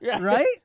right